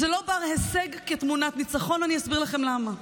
זה לא בר-הישג כתמונת ניצחון, ואני אסביר לכם למה.